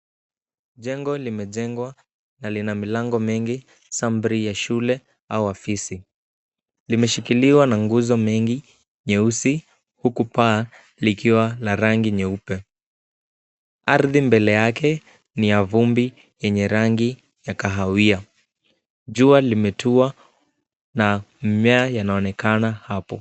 Jengo limejengwa na lina milango mingi sambri ya shule au ofisi. Limeshikiliwa na nguzo mingi nyeusi huku paa likiwa la rangi nyeupe. Ardhi mbele yake ni ya vumbi yenye rangi ya kahawia. Jua limetua na mimea yanaonekana hapo.